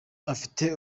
abafite